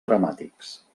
dramàtics